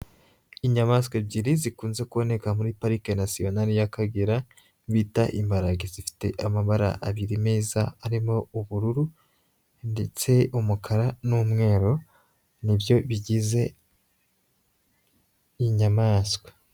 Inyamaswa ebyiri zikunze kuboneka muri Parike Nasiyonali y'Akagera bita imbarage, zifite amabara abiri meza arimo ubururu ndetse umukara n'umweru ni byo bigize inyamaswa.